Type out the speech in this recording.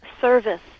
service